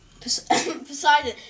Poseidon